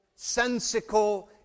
sensical